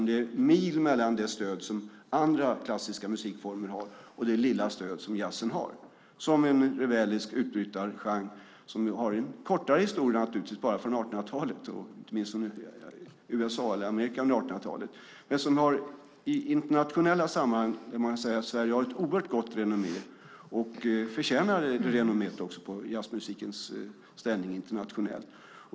Det är mil mellan det stöd som andra klassiska musikformer har och det lilla stöd som jazzen har som den rebelliska utbrytargenre den är. Den har en kortare historia då den uppstod i Amerika under 1800-talet. I internationella sammanhang har Sverige ett oerhört gott renommé och förtjänar det renomméet när det gäller jazzmusikens ställning internationellt.